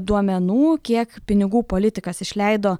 duomenų kiek pinigų politikas išleido